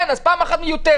כן, אז פעם אחת מיותרת.